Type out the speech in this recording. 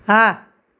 હા